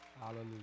Hallelujah